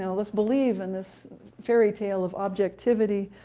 and let's believe in this fairy tale of objectivity,